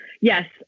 yes